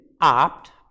opt